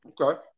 Okay